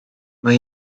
mae